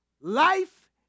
Life